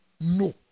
No